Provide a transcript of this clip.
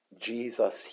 Jesus